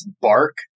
bark